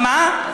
מה?